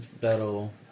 that'll